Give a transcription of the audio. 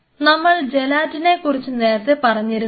നമ്മൾ ജലാറ്റിനെ കുറിച്ച് നേരത്തെ പറഞ്ഞിരുന്നില്ല